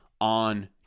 on